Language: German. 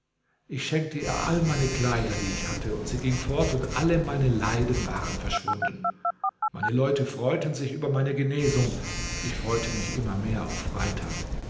ich schenkte ihr alle meine kleider die ich hatte sie ging fort und alle meine leiden waren verschwunden meine leute freuten sich über meine genesung ich freute mich immer mehr auf freitag